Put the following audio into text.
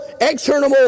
external